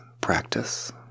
practice